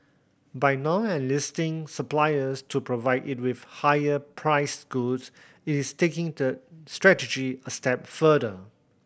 by now enlisting suppliers to provide it with higher priced goods it is taking that strategy a step further